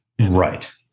Right